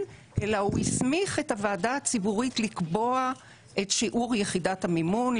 אלא הוא הסמיך את הוועדה הציבורית לקבוע את שיעור יחידת המימון,